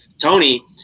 Tony